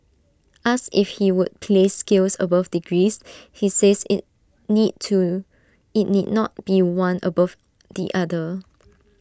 asked if he would place skills above degrees he says IT need to IT need not be one above the other